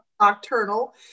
nocturnal